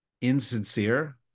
insincere